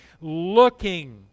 looking